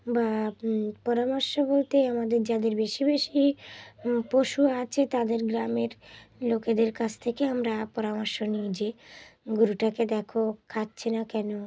বা পরামর্শ বলতে আমাদের যাদের বেশি বেশি পশু আছে তাদের গ্রামের লোকেদের কাছ থেকে আমরা পরামর্শ নিয়ে যে গরুটাকে দেখো খাচ্ছে না কেন